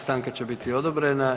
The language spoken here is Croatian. Stanka će biti odobrena.